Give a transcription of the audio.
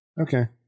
Okay